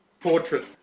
portrait